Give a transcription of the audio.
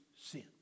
sin